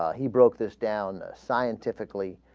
he broke this down scientifically